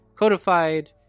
Codified